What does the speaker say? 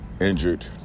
injured